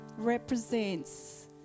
represents